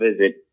visit